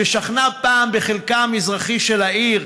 ששכנה פעם בחלקה המזרחי של העיר,